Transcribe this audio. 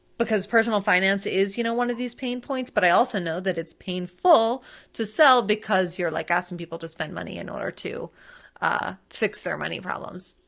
because personal finance is you know one of these pain points. but i also know that it's painful to sell, because you're like asking people to spend money in order to ah fix their money problems.